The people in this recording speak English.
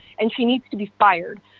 and she needs to be fired.